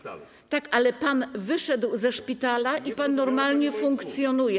Tak, ale pan wyszedł ze szpitala i pan normalnie funkcjonuje.